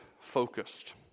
focused